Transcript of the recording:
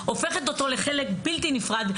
הופכת אותו לחלק נפרד.